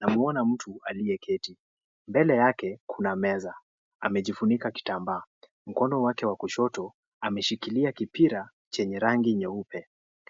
Namuona mtu aliyeketi, mbele yake kuna meza, amejifunika kitambaa, mkono wake wa kushoto ameshikiria kipira chenye rangi nyeupe,